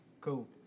Cool